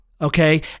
Okay